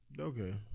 Okay